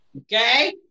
Okay